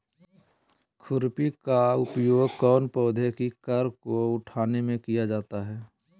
खुरपी का उपयोग कौन पौधे की कर को उठाने में किया जाता है?